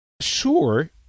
Sure